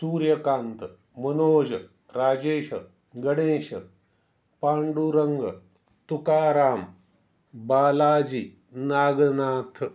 Suryakant Manoj Rajesh Ganesh Pandurang Tukaram Balaji Nagnath